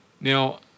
Now